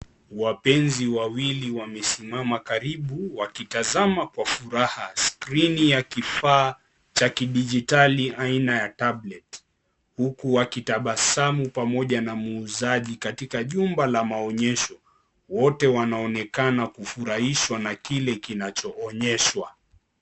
Wapenzi wawili wamesimama karibu wakitazama kwa furaha skrini ya kifaa cha kidijitali aina ya tablet . Huku wakitabasamu pamoja na muuzaji katika jumba la maonyesho. Wote wanaonekana kufurahishwa na kile kinachoonyeshwa.